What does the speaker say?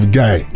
guy